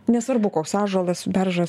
nesvarbu koks ąžuolas beržas